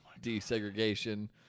Desegregation